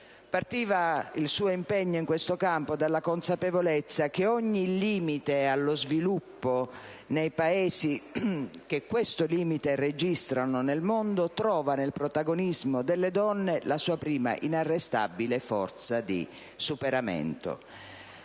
africane. Il suo impegno in questo campo partiva dalla consapevolezza che ogni limite allo sviluppo nei Paesi che questo limite registrano nel mondo trova nel protagonismo delle donne la sua prima inarrestabile forza di superamento.